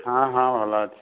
ହଁ ହଁ ଭଲ ଅଛି